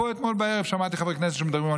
אתמול בערב שמעתי פה חברי כנסת שמדברים על